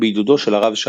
בעידודו של הרב שך.